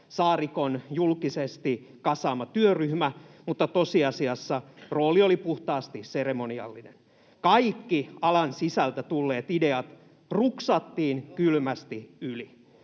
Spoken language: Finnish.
Saarikon julkisesti kasaama työryhmä, mutta tosiasiassa rooli oli puhtaasti seremoniallinen. Kaikki alan sisältä tulleet ideat ruksattiin kylmästi yli.